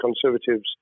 Conservatives